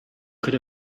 could